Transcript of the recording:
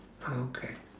okay